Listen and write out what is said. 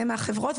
לעצור?